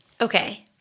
Okay